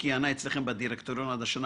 שכיהנה אצלכם בדירקטוריון עד השנה,